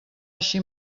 així